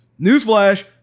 Newsflash